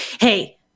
hey